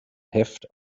heft